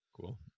Cool